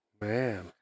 Man